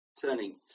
turning